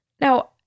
Now